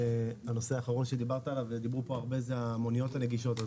הנושא האחרון שדיברת עליו ודיברו עליו פה הרבה הוא המוניות הנגישות.